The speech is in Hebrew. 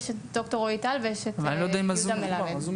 יש את ד"ר רועי טל ואת ד"ר יהודה מלמד.